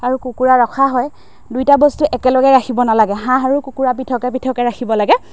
আৰু কুকুৰা ৰখা হয় দুয়োটা বস্তু একেলগে ৰাখিব নালাগে হাঁহ আৰু কুকুৰা পৃথকে পৃথকে ৰাখিব লাগে